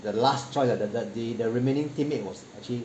the last choice the the the remaining team mate was actually